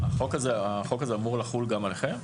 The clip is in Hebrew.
החוק הזה אמור לחול עם עליכם?